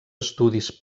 estudis